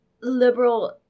liberal